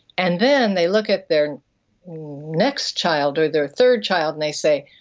and then they look at their next child or their third child and they say,